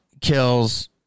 kills